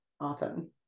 often